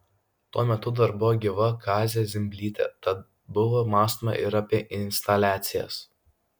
tuo metu dar buvo gyva kazė zimblytė tad buvo mąstoma ir apie instaliacijas